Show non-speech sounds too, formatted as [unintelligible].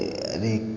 [unintelligible]